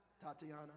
Tatiana